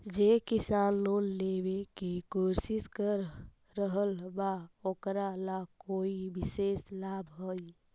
जे किसान लोन लेवे के कोशिश कर रहल बा ओकरा ला कोई विशेष लाभ हई?